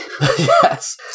Yes